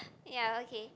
ya okay